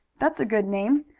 that's a good name.